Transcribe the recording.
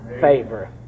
favor